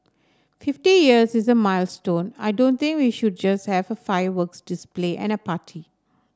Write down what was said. fifty years is a milestone I don't think we should just have a fireworks display and a party